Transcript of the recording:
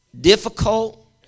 Difficult